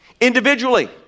individually